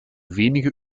wenige